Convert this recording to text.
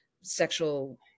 sexual